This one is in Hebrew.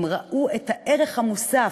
הן ראו את הערך המוסף,